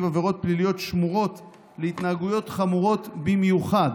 עבירות פליליות שמורות להתנהגויות חמורות במיוחד.